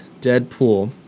Deadpool